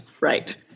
right